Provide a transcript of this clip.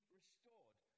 restored